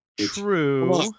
True